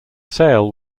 sale